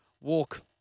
walk